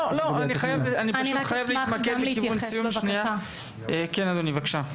כן אדוני, בבקשה.